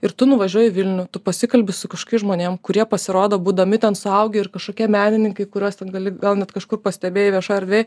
ir tu nuvažiuoji į vilnių tu pasikalbi su kažkokiais žmonėm kurie pasirodo būdami ten suaugę ir kažkokie menininkai kuriuos ten gali gal net kažkur pastebėjai viešoj erdvėj